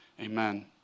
Amen